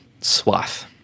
swath